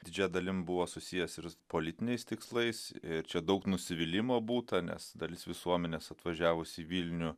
didžia dalim buvo susijęs ir politiniais tikslais ir čia daug nusivylimo būta nes dalis visuomenės atvažiavusi į vilnių